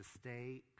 stay